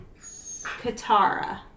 Katara